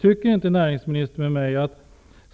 Tycker inte näringsministern som jag att